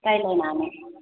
रायलायनानै